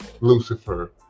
Lucifer